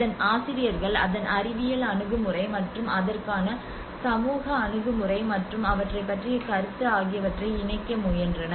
இந்த ஆசிரியர்கள் அதன் அறிவியல் அணுகுமுறை மற்றும் அதற்கான சமூக அணுகுமுறை மற்றும் அவற்றைப் பற்றிய கருத்து ஆகியவற்றை இணைக்க முயன்றனர்